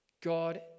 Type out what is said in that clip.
God